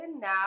now